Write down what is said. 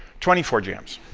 twenty four jams